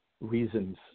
reasons